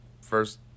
first